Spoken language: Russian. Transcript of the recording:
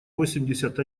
восемьдесят